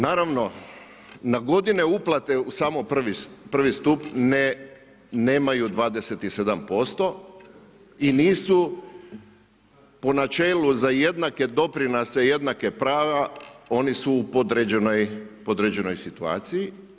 Naravno, na godine uplate, samo I stup, nemaju 27% i nisu po načelu za jednake doprinose i jednaka prava, oni su u podređenoj situaciji.